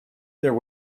there